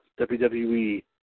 WWE